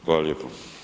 Hvala lijepo.